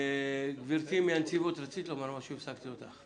גברתי מהנציבות, רצית לומר משהו והפסקתי אותך.